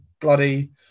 bloody